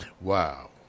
Wow